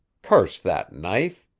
curse that knife!